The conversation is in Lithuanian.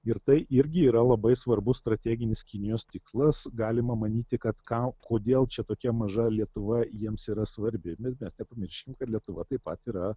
ir tai irgi yra labai svarbus strateginis kinijos tikslas galima manyti kad ką kodėl čia tokia maža lietuva jiems yra svarbi bet mes nepamirškim kad lietuva taip pat yra